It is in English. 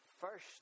first